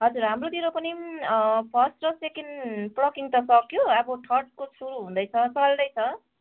हजुर हाम्रोतिर पनि फर्स्ट र सेकेन्ड प्लकिङ त सकियो अब थर्डको सुरु हुँदैछ चल्दैछ